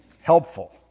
helpful